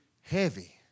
heavy